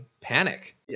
panic